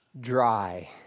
dry